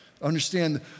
Understand